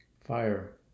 Fire